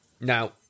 Now